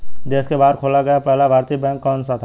देश के बाहर खोला गया पहला भारतीय बैंक कौन सा था?